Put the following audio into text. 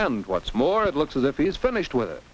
and what's more it looks as if he is finished with it